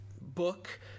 book